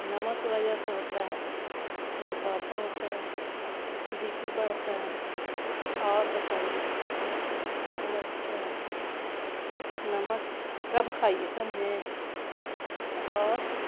نمک کی وجہ سے ہوتا ہے موٹاپا ہوتا ہے بی پی بڑھتا ہے اور بتائیے اوہ اچھا نمک کم کھائیے سمجھے اور